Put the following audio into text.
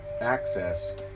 access